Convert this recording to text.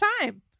time